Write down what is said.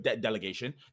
delegation